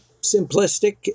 simplistic